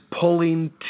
pulling